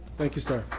thank you, sir.